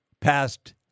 passed